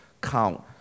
count